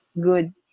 good